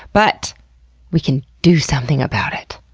but we can do something about it.